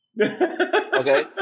Okay